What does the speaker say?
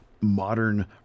modern